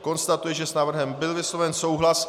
Konstatuji, že s návrhem byl vysloven souhlas.